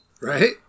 Right